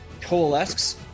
coalesces